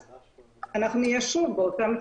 חשבו רק על מדדים שיוכיחו הצלחה.